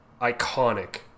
iconic